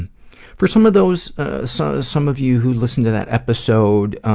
for some of those ah so some of you who listen to that episode,